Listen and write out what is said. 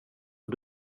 och